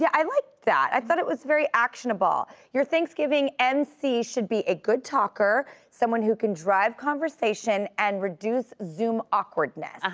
yeah i liked that. i thought it was very actionable. your thanksgiving emcee should be a good talker, someone who can drive conversation and reduce zoom awkwardness.